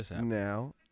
now